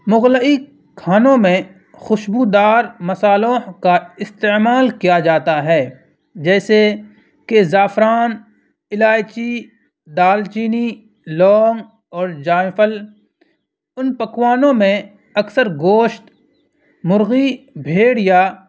مغلئی کھانوں میں خوشبودار مسالحوں کا استعمال کیا جاتا ہے جیسے کہ زعفران الائچی ڈال چینی لونگ اور جائفل ان پکوانوں میں اکثر گوشت مرغی بھیڑ یا